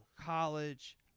College